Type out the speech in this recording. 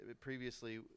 previously